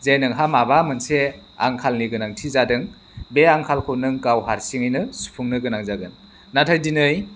जे नोंहा माबा मोनसे आंखालनि गोनांथि जादों बे आंखालखौ नों गाव हारसिङैनो सुफुंनो गोनां जागोन नाथाय दिनै